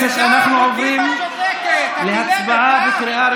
בשאר החוקים את צודקת, את אילמת, הא?